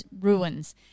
Ruins